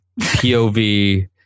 POV